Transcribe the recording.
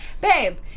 babe